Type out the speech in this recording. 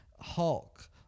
Hulk